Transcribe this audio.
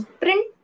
print